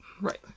right